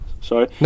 sorry